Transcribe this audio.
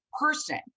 person